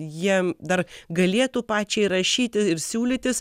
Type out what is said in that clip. jiem dar galėtų pačiai rašyti ir siūlytis